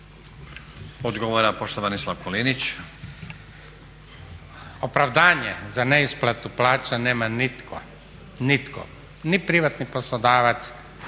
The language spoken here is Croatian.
Slavko (Nezavisni)** Opravdanje za neisplatu plaća nema nitko, nitko, ni privatni poslodavac